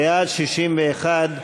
בעד, 61,